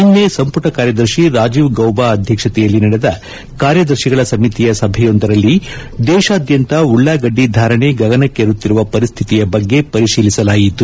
ನಿನ್ನೆ ಸಂಪುಟ ಕಾರ್ಯದರ್ಶಿ ರಾಜೀವ್ ಗೌಬಾ ಅಧ್ಯಕ್ಷತೆಯಲ್ಲಿ ನಡೆದ ಕಾರ್ಯದರ್ಶಿಗಳ ಸಮಿತಿಯ ಸಭೆಯೊಂದರಲ್ಲಿ ದೇಶಾದ್ಯಂತ ಉಳ್ಳಾಗಡ್ಡಿ ಧಾರಣೆ ಗಗನಕ್ಕೇರುತ್ತಿರುವ ಪರಿಸ್ಥಿತಿಯ ಬಗ್ಗೆ ಪರಿಶೀಲಿಸಲಾಯಿತು